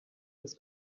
this